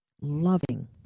loving